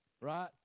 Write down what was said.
Right